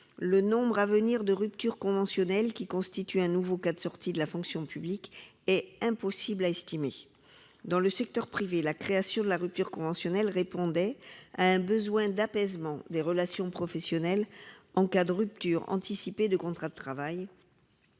le nombre à venir de ruptures conventionnelles, qui constituent un nouveau cas de sortie de la fonction publique, est impossible à estimer ». Dans le secteur privé, la création de la rupture conventionnelle répondait à un besoin d'apaisement des relations professionnelles en cas de rupture anticipée du contrat de travail